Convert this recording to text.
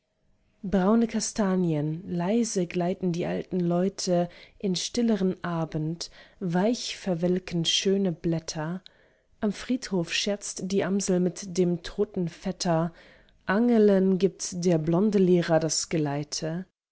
braune kastanien leise gleiten die alten leute in stilleren abend weich verwelken schöne blätter am friedhof scherzt die amsel mit dem toten vetter angelen gibt der blonde lehrer das geleite